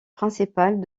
principales